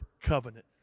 covenant